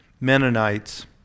Mennonites